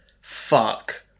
fuck